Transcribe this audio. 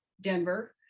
Denver